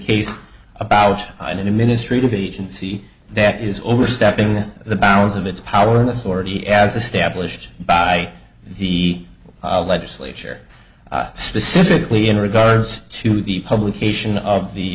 case about an administrative beechen see that is overstepping the bounds of its power and authority as established by the legislature specifically in regards to the publication of the